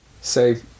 say